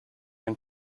and